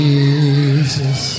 Jesus